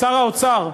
שר האוצר,